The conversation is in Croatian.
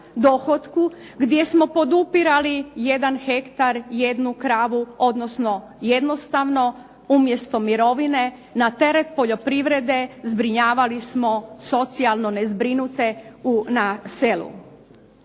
gdje smo podupirali jedan hektar, jednu kravu, odnosno jednostavno umjesto mirovine na teret poljoprivrede zbrinjavali smo socijalno nezbrinute na selu.